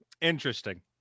Interesting